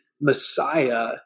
Messiah